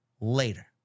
later